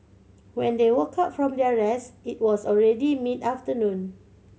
when they woke up from their rest it was already mid afternoon